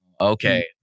okay